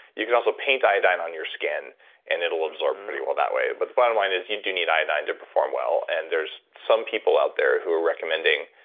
you can also paint iodine on your skin and it'll absorb pretty well that way. but the bottom line is you do need iodine to perform well, and there's some people out there who are recommending,